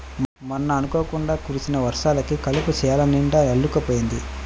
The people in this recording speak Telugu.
మొన్న అనుకోకుండా కురిసిన వర్షాలకు కలుపు చేలనిండా అల్లుకుపోయింది